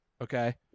okay